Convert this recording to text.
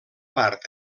part